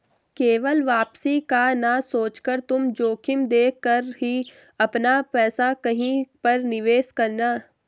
केवल वापसी का ना सोचकर तुम जोखिम देख कर ही अपना पैसा कहीं पर निवेश करना